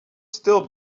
still